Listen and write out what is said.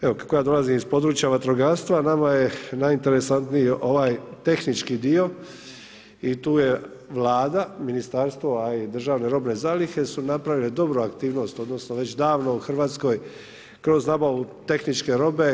Evo kako ja dolazim iz područja vatrogastva nama je najinteresantniji ovaj tehnički dio i tu je Vlada, ministarstvo, a i državne robne zalihe su napravile dobru aktivnost odnosno već davno u Hrvatskoj kroz nabavu tehničke robe.